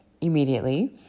immediately